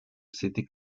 city